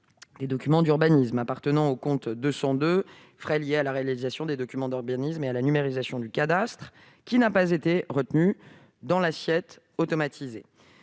des documents d'urbanisme, appartenant au compte 202, « Frais liés à la réalisation des documents d'urbanisme et à la numérisation du cadastre des documents d'urbanisme », qui n'a pas été retenu dans l'assiette automatisée.